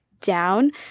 down